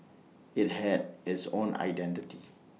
IT had its own identity